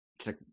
check